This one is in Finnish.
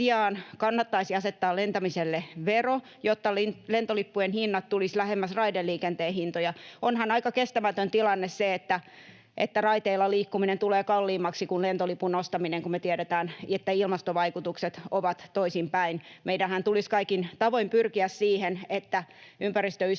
kannattaisi asettaa lentämiselle vero, jotta lentolippujen hinnat tulisivat lähemmäs raideliikenteen hintoja. Onhan aika kestämätön tilanne, että raiteilla liikkuminen tulee kalliimmaksi kuin lentolipun ostaminen, kun me tiedetään, että ilmastovaikutukset ovat toisinpäin. Meidänhän tulisi kaikin tavoin pyrkiä siihen, että ympäristöystävälliset